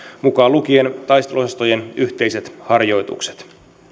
mukaan lukien taisteluosastojen yhteiset harjoitukset